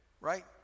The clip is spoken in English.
Right